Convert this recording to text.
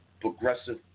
progressive